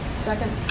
Second